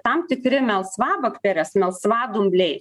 tam tikri melsvabakterės melsvadumbliai